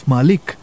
Malik